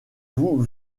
vous